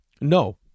No